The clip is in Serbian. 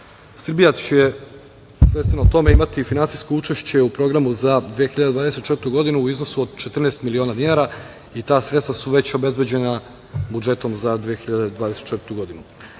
Srbija će svojstveno tome imati i finansijsko učešće u programu za 2024. godinu u iznosu od 14 miliona dinara i ta sredstva su već obezbeđena budžetom za 2024. godinu. Sam